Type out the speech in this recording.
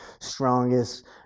strongest